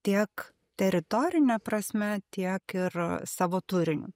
tiek teritorine prasme tiek ir savo turiniu